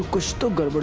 mustafa but but